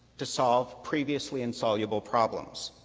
to solve previously insoluble problems.